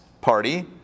party